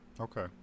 Okay